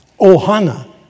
Ohana